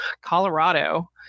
Colorado